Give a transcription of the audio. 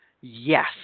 Yes